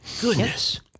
Goodness